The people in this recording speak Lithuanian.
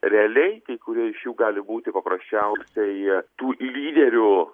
realiai kai kurie iš jų gali būti paprasčiausiai tų lyderių